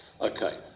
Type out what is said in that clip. Okay